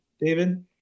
David